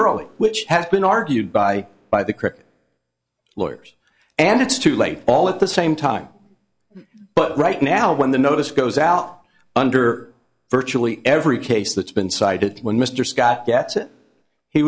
early which has been argued by by the critic lawyers and it's too late all at the same time but right now when the notice goes out under virtually every case that's been cited when mr scott get